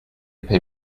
get